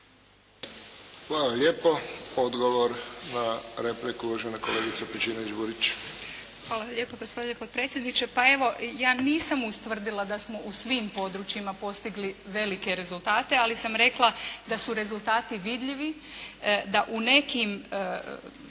Hvala lijepo. Odgovor na repliku, uvažena kolegica Pejčinović Burić. **Pejčinović Burić, Marija (HDZ)** Hvala lijepo gospodine potpredsjedniče. Pa evo ja nisam ustvrdila da smo u svim područjima postigli velike rezultate, ali sam rekla da su rezultati vidljivi, da u nekim